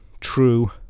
true